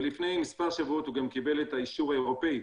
ולפני מספר שבועות הוא גם קיבל את האישור האירופאי,